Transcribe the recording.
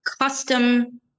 custom